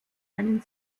einen